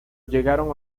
llegaron